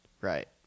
Right